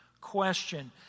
Question